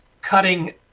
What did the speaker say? cutting